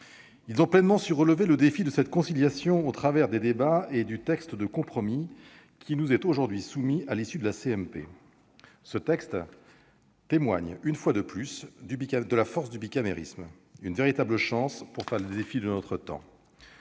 Ils ont pleinement su relever le défi de cette conciliation au travers des débats et du texte de compromis qui nous est soumis à l'issue des travaux de la CMP. Ce texte témoigne, une fois de plus, de la force du bicamérisme. C'est une véritable chance pour faire face aux défis de notre temps.